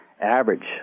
average